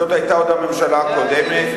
זו היתה עוד הממשלה הקודמת,